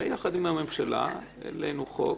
יחד עם הממשלה העלינו חוק,